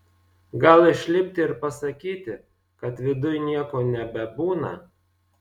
gal išlipti ir pasakyti kad viduj nieko nebebūna